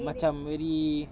macam very